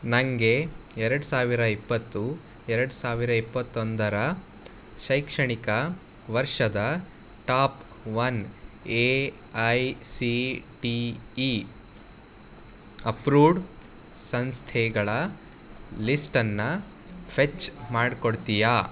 ನನಗೆ ಎರಡು ಸಾವಿರ ಇಪ್ಪತ್ತು ಎರಡು ಸಾವಿರ ಇಪ್ಪತ್ತೊಂದರ ಶೈಕ್ಷಣಿಕ ವರ್ಷದ top one A I C T E approved ಸಂಸ್ಥೆಗಳ ಲಿಸ್ಟನ್ನು ಫೆಚ್ ಮಾಡ್ಕೊಡ್ತೀಯಾ